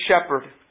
shepherd